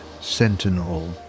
sentinel